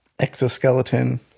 exoskeleton